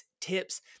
tips